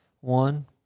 one